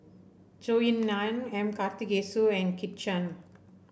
Zhou Ying Nan M Karthigesu and Kit Chan